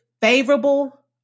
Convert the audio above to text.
favorable